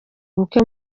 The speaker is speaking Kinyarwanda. ubukwe